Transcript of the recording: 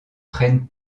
prennent